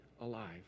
alive